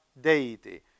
deity